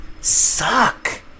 suck